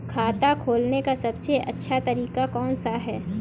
खाता खोलने का सबसे अच्छा तरीका कौन सा है?